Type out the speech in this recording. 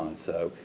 and so,